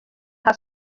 har